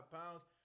pounds